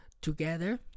together